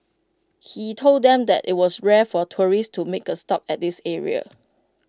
he told them that IT was rare for tourists to make A stop at this area